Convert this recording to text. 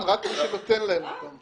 רק מי שמוסר להם אותם.